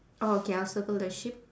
oh K I'll circle the sheep